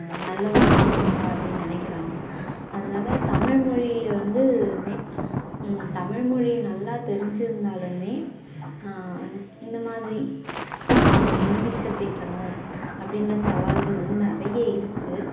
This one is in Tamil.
நல்ல ஒரு படிச்சவங்க அப்படின்னு நினக்குறாங்க அதனால தான் தமிழ்மொழி வந்து தமிழ்மொழி நல்லா தெரிஞ்சிருந்தாலுமே இந்தமாதிரி இங்கிலீஷ்ல பேசணும் அப்படின்ற சவால்கள் வந்து நிறைய இருக்குது